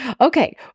okay